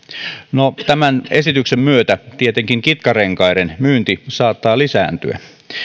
no tämän esityksen myötä tietenkin kitkarenkaiden myynti saattaa lisääntyä